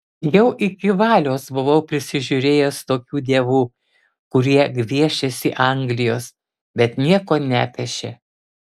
jau iki valios buvau prisižiūrėjęs tokių dievų kurie gviešėsi anglijos bet nieko nepešė